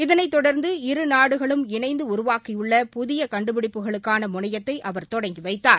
இதனை தொடர்ந்து இருநாடுகளும் இணைந்து உருவாக்கியுள்ள புதிய கண்டுபிடிப்புகளுக்கான முனையத்தை அவர் தொடங்கி வைத்தார்